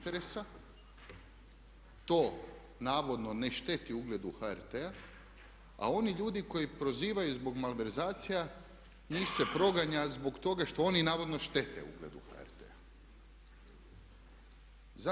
To navodno ne šteti ugledu HRT-a a oni ljudi koji prozivaju zbog malverzacija njih se proganja zbog toga što oni navodno štete ugledu HRT-a.